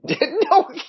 No